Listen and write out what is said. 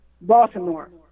Baltimore